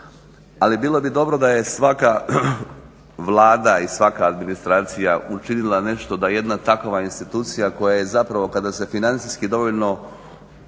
ali bilo bi dobro da je svaka Vlada i svaka administracija učinila nešto da jedna takva institucija koja je zapravo kada se financijski dovoljno